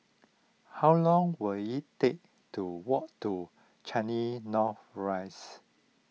how long will it take to walk to Changi North Rise